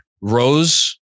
Rose